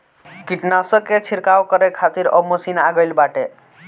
कीटनाशक के छिड़काव करे खातिर अब मशीन आ गईल बाटे